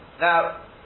Now